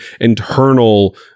internal